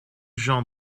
jean